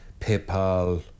PayPal